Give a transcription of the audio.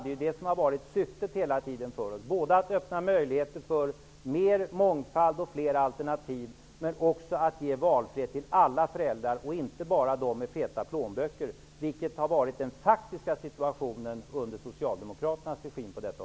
Det som hela tiden har varit syftet för oss är, att både öppna möjligheter för större mångfald och fler alternativ och att ge valfrihet till alla föräldrar -- och inte bara till dem med feta plånböcker, vilket var den faktiska situationen på detta område under